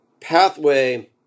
pathway